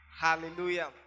Hallelujah